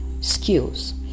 skills